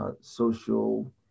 social